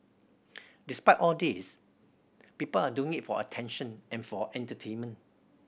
despite all these people are doing it for attention and for entertainment